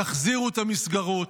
תחזירו את המסגרות,